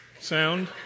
sound